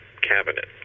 cabinet